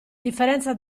differenza